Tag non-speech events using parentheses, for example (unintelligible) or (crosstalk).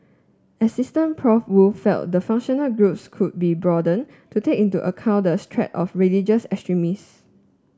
asst Prof Woo felt the functional groups could be broadened to take into account the threat of religious (unintelligible)